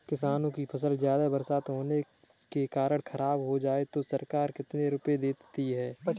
किसानों की फसल ज्यादा बरसात होने के कारण खराब हो जाए तो सरकार कितने रुपये देती है?